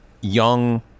young